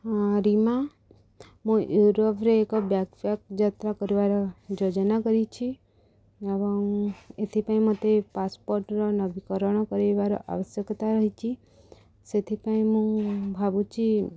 ହଁ ରିମା ମୁଁ ୟୁରୋପରେ ଏକ ବ୍ୟାଗ୍ ପ୍ୟାକ୍ ଯାତ୍ରା କରିବାର ଯୋଜନା କରିଛି ଏବଂ ଏଥିପାଇଁ ମୋତେ ପାସପୋର୍ଟର ନବୀକରଣ କରାଇବାର ଆବଶ୍ୟକତା ରହିଛି ସେଥିପାଇଁ ମୁଁ ଭାବୁଛି